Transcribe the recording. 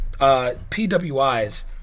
PWI's